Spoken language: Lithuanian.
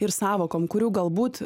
ir sąvokom kurių galbūt